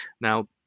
Now